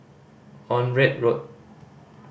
Onraet Road